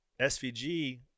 SVG